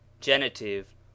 genitive